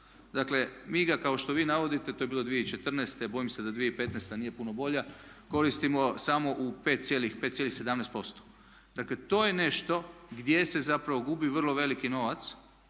Dakle, mi ga kao što vi navodite to je bilo 2014., bojim se da 2015.nije puno bolja, koristimo samo u 5,17%. Dakle to je nešto gdje se zapravo gubi vrlo veliki novac